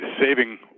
saving